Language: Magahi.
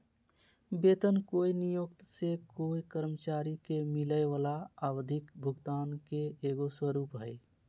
वेतन कोय नियोक्त से कोय कर्मचारी के मिलय वला आवधिक भुगतान के एगो स्वरूप हइ